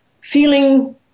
feeling